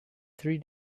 three